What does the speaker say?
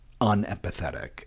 unempathetic